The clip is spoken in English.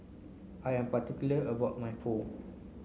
I am particular about my Pho